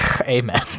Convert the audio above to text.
Amen